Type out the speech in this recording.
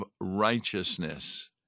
righteousness